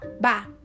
Bye